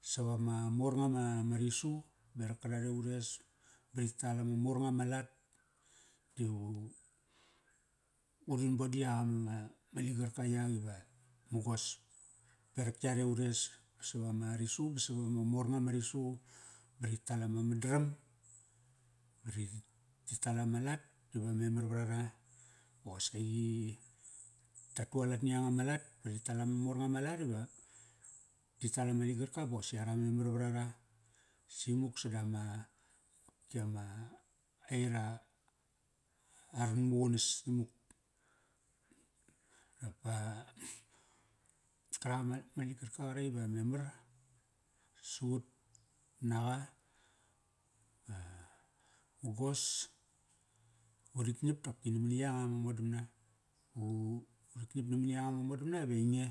sava ma mornga ma, ma risu berak karare ures ba ri tal ama mornga ma lat divu, urin bosi yak ama, ma ligarka yak iva mugos berak yare ures. Ba sava ma risu ba sava ma mor nga ma risu. Ba ri tal ama madaram, ba ri, ti tal ama lat diva memar vra ra. Ba qosaqi ta tualat ni yanga ma lat ba ri tal ama mor nga ma lat iva ti tal ama ligarka ba qosi ara memar vra ra Simuk sada ma, kopki ama, aira aran muqunas imuk. Dap pa karak ama, ma ligarka iva memar sa ut naqa. Va mugos urik ngiap dopki namani yanga ama modamna. Ba urik ngiap namani yanga ma modana va ainge.